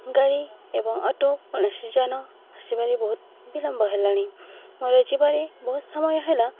ଗାଡ଼ି ଏବଂ ଅଟୋ କୌଣସି ଜନ ଆସିବାର ବହୁତ ବିିଳମ୍ବ ହେଲାଣି ମୋର ଯିବାରେ ବହୁତ ସମୟ ହେଲା